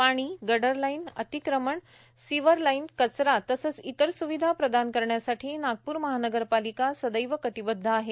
पाणी gutter line अतिक्रमण sewer line कचरा तसेच इतर सुविधा प्रदान करण्यासाठी नागपूर महानगरपालिका सदैव कटिबद्व आहे